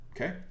Okay